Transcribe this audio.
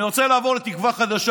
אני רוצה לעבור קצת לתקווה חדשה,